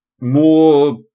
more